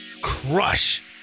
crush